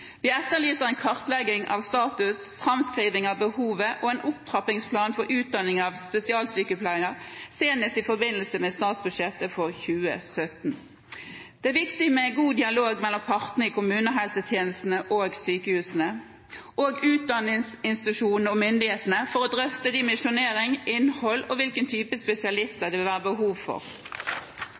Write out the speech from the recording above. Vi etterlyser en kartlegging av status, framskriving av behovet og en opptrappingsplan for utdanning av spesialsykepleiere, senest i forbindelse med statsbudsjettet for 2017. Det er viktig med god dialog mellom partene i kommunehelsetjenestene og sykehusene og utdanningsinstitusjonene og myndighetene for å drøfte dimensjonering, innhold og hvilken type spesialister det vil være behov for.